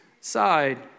side